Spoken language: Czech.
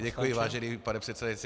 Děkuji, vážený pane předsedající.